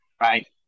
right